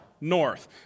north